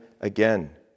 again